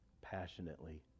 passionately